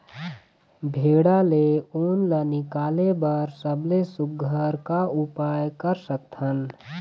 भेड़ा ले उन ला निकाले बर सबले सुघ्घर का उपाय कर सकथन?